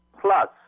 plus